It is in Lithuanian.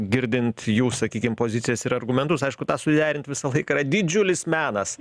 girdint jų sakykim pozicijas ir argumentus aišku tą suderint visą laiką yra didžiulis menas